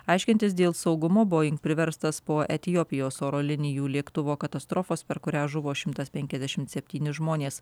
aiškintis dėl saugumo boing priverstas po etiopijos oro linijų lėktuvo katastrofos per kurią žuvo šimtas penkiasdešimt septyni žmonės